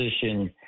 position